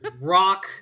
rock